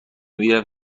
میرم